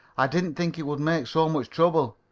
i didn't think it would make so much trouble.